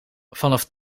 vanaf